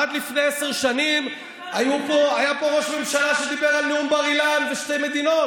עד לפני עשר שנים היה פה ראש ממשלה שדיבר על נאום בר-אילן ושתי מדינות.